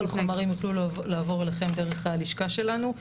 כל החומרים יוכלו לעבור אליכם דרך הלשכה שלנו.